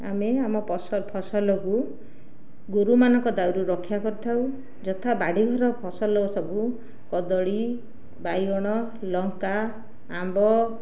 ଆମେ ଆମ ପସଲ ଫସଲକୁ ଗୋରୁମାନଙ୍କ ଦାଉରୁ ରକ୍ଷା କରିଥାଉ ଯଥା ବାଡ଼ିଘର ଫସଲ ସବୁ କଦଳୀ ବାଇଗଣ ଲଙ୍କା ଆମ୍ବ